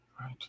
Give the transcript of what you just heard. right